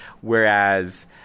Whereas